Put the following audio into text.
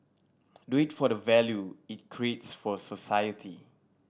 do it for the value it for society